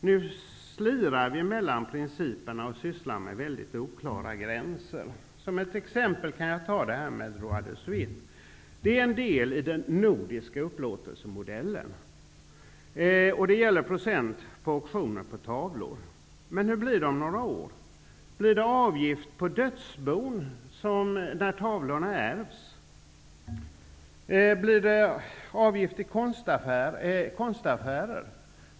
Nu slirar vi mellan principerna och har väldigt oklara gränser. Jag kan ta upp droit de suite som ett exempel. Droit de suite är en del av den nordiska upplåtelsemodellen. Det gäller procent vid auktioner på tavlor. Men hur blir det om några år? Blir det avgift för dödsbon, när tavlorna ärvs? Blir det avgift i konstaffärer?